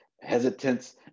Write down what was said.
hesitance